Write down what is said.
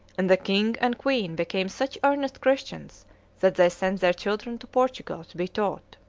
and the king and queen became such earnest christians that they sent their children to portugal to be taught.